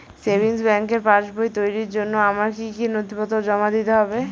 Savings ব্যাংকের পাসবই তৈরির জন্য আমার কি কি নথিপত্র জমা দিতে হবে?